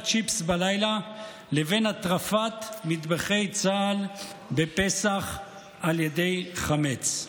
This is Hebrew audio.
צ'יפס בלילה לבין הטרפת מטבחי צה"ל בפסח על ידי חמץ.